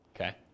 Okay